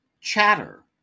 Chatter